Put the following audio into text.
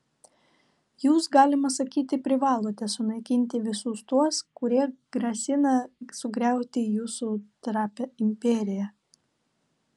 jūs galima sakyti privalote sunaikinti visus tuos kurie grasina sugriauti jūsų trapią imperiją